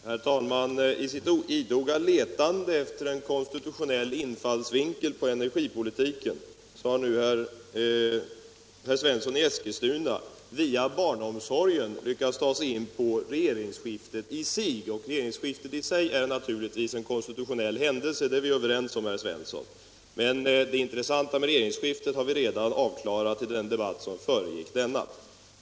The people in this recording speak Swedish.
Herr talman! I sitt idoga letande efter en konstitutionell infallsvinkel på energipolitiken har nu herr Svensson i Eskilstuna via barnomsorgen lyckats ta sig in på regeringsskiftet i sig. Att regeringsskiftet i sig är en konstitutionell händelse är vi överens om, herr Svensson, men det intressanta med regeringsskiftet har vi redan klarat av i den debatt som föregick denna.